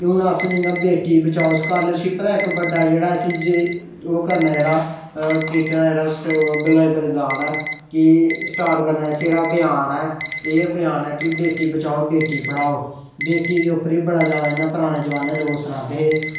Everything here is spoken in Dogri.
हून जियां अस बेटी बचाओ स्कॉलरशिप दा इक्क बड्डा जेह्ड़ा ओह् करना जेह्ड़ा कीते जेह्ड़ा बराबर जन ऐ कीा स्टार्ट करने दा जेह्ड़ा इसी अभियान ऐ एह् अभियान ऐ की बेटी बचाओ बेटी पढ़ाओ बेटी उप्पर बी पराने जमानै जेह्ड़ा इंया सनांदे हे